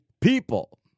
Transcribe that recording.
people